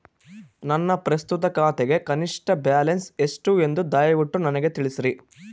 ನನ್ನ ಪ್ರಸ್ತುತ ಖಾತೆಗೆ ಕನಿಷ್ಠ ಬ್ಯಾಲೆನ್ಸ್ ಎಷ್ಟು ಎಂದು ದಯವಿಟ್ಟು ನನಗೆ ತಿಳಿಸ್ರಿ